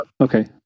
Okay